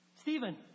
Stephen